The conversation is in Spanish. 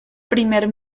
primer